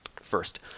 First